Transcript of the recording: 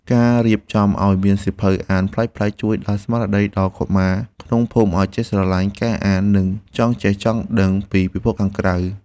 ការរៀបចំឱ្យមានសៀវភៅអានប្លែកៗជួយដាស់ស្មារតីដល់កុមារក្នុងភូមិឱ្យចេះស្រឡាញ់ការអាន និងចង់ចេះចង់ដឹងពីពិភពខាងក្រៅ។